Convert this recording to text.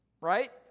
right